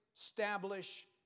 establish